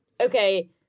okay